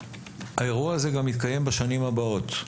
האירוע הזה יתקיים גם בשנים הבאות.